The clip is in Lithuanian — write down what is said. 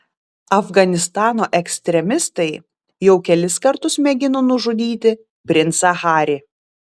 afganistano ekstremistai jau kelis kartus mėgino nužudyti princą harį